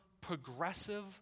progressive